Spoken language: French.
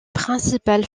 principal